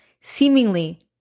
seemingly